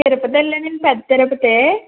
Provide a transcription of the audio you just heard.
తిరుపతెళ్ళానండి పెత్తిరుపతి